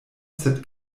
sed